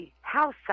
House